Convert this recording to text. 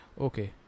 okay